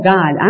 God